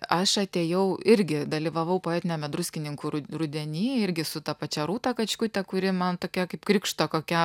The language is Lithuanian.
aš atėjau irgi dalyvavau poetiniame druskininkų rudeny irgi su ta pačia rūta kačkute kuri man tokia kaip krikšto kokia